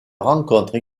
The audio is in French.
rencontrent